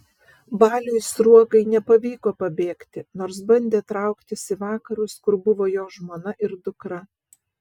baliui sruogai nepavyko pabėgti nors bandė trauktis į vakarus kur buvo jo žmona ir dukra